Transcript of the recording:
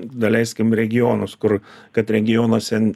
daleiskim regionus kur kad regionuose